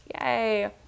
Yay